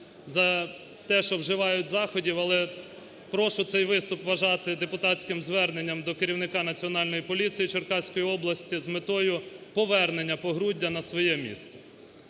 за те, що вживають заходів. Але прошу цей виступ вважати депутатським зверненням до керівника Національної поліції Черкаської області з метою повернення погруддя на своє місце.